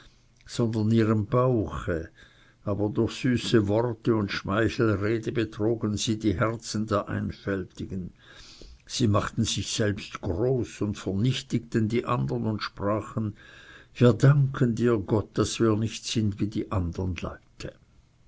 sondern ihrem bauche aber durch süße worte und schmeichelrede betrogen sie die herzen der einfältigen sie machten sich selbst groß und vernichtigten die andern und sprachen wir danken dir gott daß wir nicht sind wie die andern leute